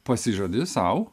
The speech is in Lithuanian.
pasižadi sau